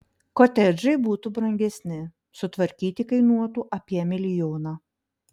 kotedžai būtų brangesni sutvarkyti kainuotų apie milijoną